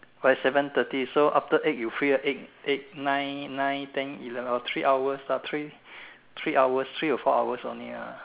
by seven thirty so after eight you free lah eight eight nine nine ten eleven oh three hours lah three three hours three or four hours only lah